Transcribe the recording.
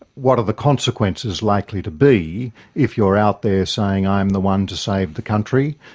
what are the consequences likely to be if you're out there saying, i am the one to save the country,